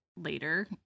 later